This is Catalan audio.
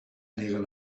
neguen